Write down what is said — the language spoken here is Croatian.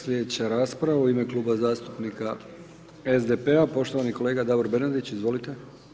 Slijedeća rasprava u ime Kluba zastupnika SDP-a, poštovani kolega Davor Bernardić, izvolite.